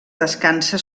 descansa